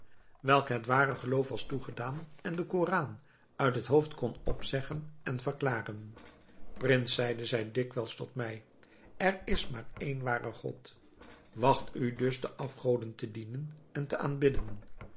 welke het ware geloof was toegedaan en den koran uit het hoofd kon opzeggen en verklaren prins zeide zij dikwijls tot mij er is maar één ware god wacht u dus de afgoden te dienen en te aanbidden